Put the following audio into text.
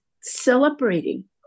celebrating